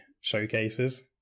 showcases